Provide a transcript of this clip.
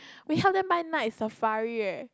we help them buy Night-Safari leh